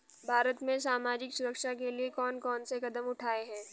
भारत में सामाजिक सुरक्षा के लिए कौन कौन से कदम उठाये हैं?